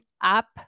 up